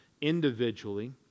individually